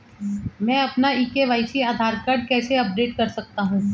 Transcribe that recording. मैं अपना e KYC Aadhaar card कैसे अपडेट कर सकता हूँ?